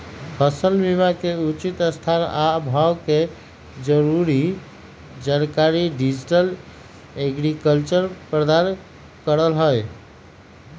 फसल बिकरी के उचित स्थान आ भाव के जरूरी जानकारी डिजिटल एग्रीकल्चर प्रदान करहइ